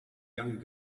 younger